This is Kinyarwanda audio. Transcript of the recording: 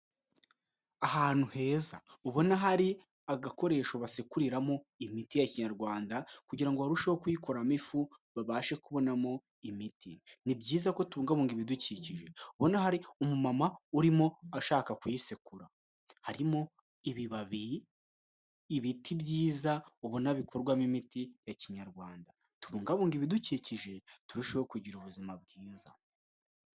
Ahantu heza ubona hari agakoresho basekuriramo imiti ya kinyarwanda kugira ngo barusheho kuyikuramo ifu babashe kubonamo imiti. Ni byiza ko kubungabunga ibidukikije ubona hari umumama urimo ashaka kuyisekura, harimo ibibabi, ibiti byiza ubona bikorwamo imiti ya kinyarwanda. Tubungabunge ibidukikije turusheho kugira ubuzima bwiza.